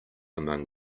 among